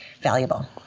valuable